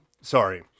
Sorry